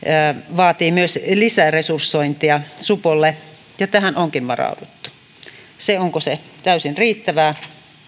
vaatii myös lisäresursointia supolle ja tähän onkin varauduttu se onko se täysin riittävää